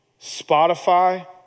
Spotify